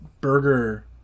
burger